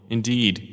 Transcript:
Indeed